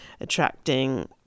attracting